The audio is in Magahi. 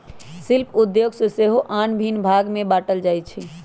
शिल्प उद्योग के सेहो आन भिन्न भाग में बाट्ल जाइ छइ